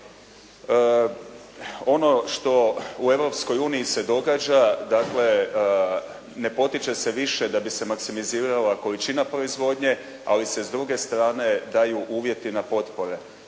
Europskoj uniji se događa, dakle ne potiče se više da bi se maksimizirala količina proizvodnje. Ali se s druge strane daju uvjeti na potpore.